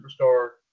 superstar